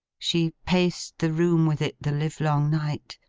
she paced the room with it the livelong night,